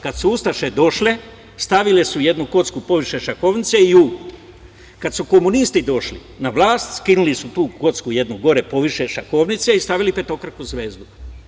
Kada su ustaše došle, stavile su jednu kocku poviše šahovnice i kada su komunisti došli na vlast, skinuli su tu jednu kocku gore poviše šahovnice i stavili petokraku zvezdu.